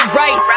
right